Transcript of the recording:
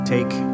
Take